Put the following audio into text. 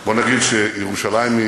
בוא נגיד שירושלים היא